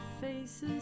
faces